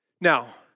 Now